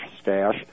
stash